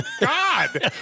God